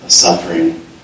suffering